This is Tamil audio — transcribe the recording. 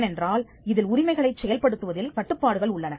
ஏனென்றால் இதில் உரிமைகளைச் செயல்படுத்துவதில் கட்டுப்பாடுகள் உள்ளன